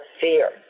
fear